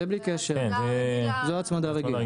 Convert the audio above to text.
--- זה בלי קשר, זו הצמדה רגילה.